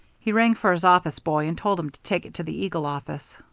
he rang for his office boy, and told him to take it to the eagle office.